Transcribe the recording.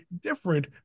different